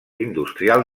industrial